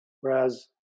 Whereas